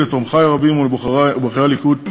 לתומכי הרבים ולבוחרי הליכוד,